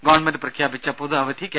government പ്രഖ്യാപിച്ച K